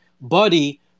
buddy